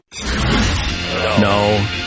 No